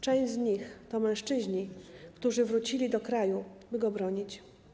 Część z nich to mężczyźni, którzy wrócili do kraju, by go bronić.